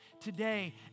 today